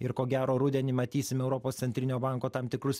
ir ko gero rudenį matysim europos centrinio banko tam tikrus